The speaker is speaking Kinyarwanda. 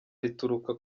rituruka